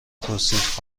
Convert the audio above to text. توصیف